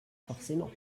forcément